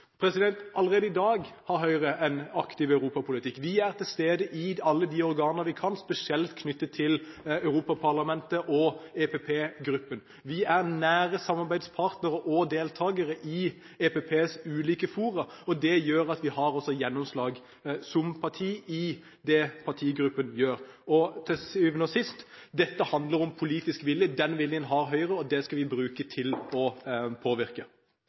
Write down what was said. Allerede i dag har Høyre en aktiv europapolitikk. Vi er til stede i alle de organene vi kan, spesielt knyttet til Europaparlamentet og EPP-gruppen. Vi er nære samarbeidspartnere og deltakere i EPPs ulike fora, og det gjør at vi også har gjennomslag som parti i det partigruppen gjør. Til syvende og sist handler dette om politisk vilje. Den viljen har Høyre, og det skal vi bruke til å påvirke.